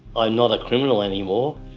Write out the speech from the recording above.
i'm not a criminal anymore.